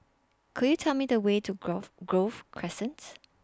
Could YOU Tell Me The Way to Grove Grove Crescents